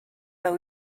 but